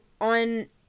on